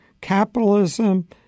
capitalism